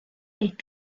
est